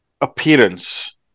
appearance